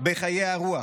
בחיי הרוח.